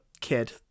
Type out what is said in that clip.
kid